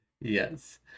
Yes